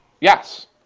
Yes